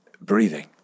Breathing